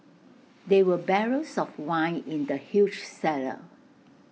there were barrels of wine in the huge cellar